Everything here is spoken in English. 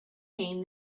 came